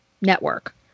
network